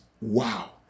Wow